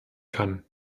kann